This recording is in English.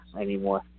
anymore